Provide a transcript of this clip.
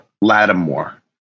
Lattimore